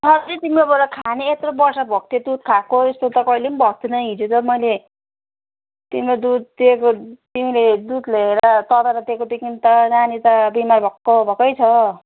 सधैँ तिम्रोबाट खाने यत्रो वर्ष भएको थियो दुध खाएको यस्तो त कहिले पनि भएको थिएन हिजो त मैले तिम्रो दुध दिएको तिमीले दुध लिएर तताएर दिएकोदेखि त नानी त बिमार भएको भएकै छ